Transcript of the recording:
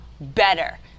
better